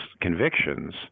convictions